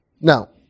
Now